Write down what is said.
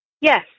yes